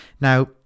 now